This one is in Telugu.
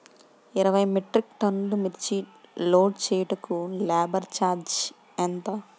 ఇరవై మెట్రిక్ టన్నులు మిర్చి లోడ్ చేయుటకు లేబర్ ఛార్జ్ ఎంత?